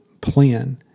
plan